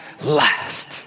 last